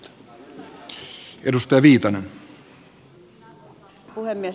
arvoisa puhemies